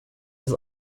have